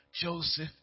Joseph